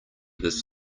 this